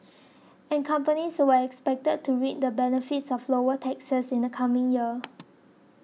and companies were expected to reap the benefits of lower taxes in the coming year